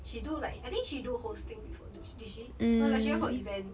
she do like I think she do hosting before did did she no like she went for event